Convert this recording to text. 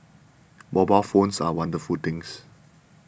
mobile phones are wonderful things